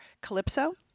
Calypso